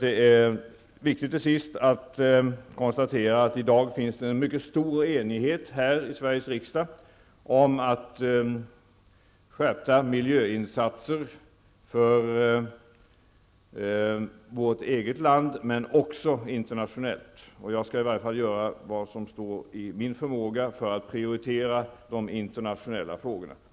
Det är till sist viktigt att konstatera att det i dag finns en mycket stor enighet här i Sveriges riksdag om skärpta miljöinsatser i vårt eget land men också internationellt. Jag skall i varje fall göra vad som står i min makt för att prioritera de internationella frågorna.